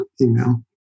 email